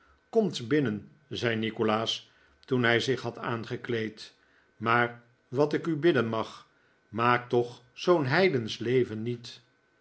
komt binnen zei nikolaas toen hij zich had aangekleed maar wat ik u bidden mag maakt toch zoo'n heidensch leven niet